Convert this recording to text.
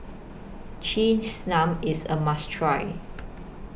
Cheese Naan IS A must Try